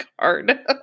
card